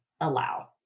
allow